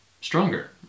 stronger